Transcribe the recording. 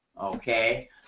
okay